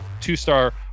two-star